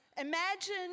Imagine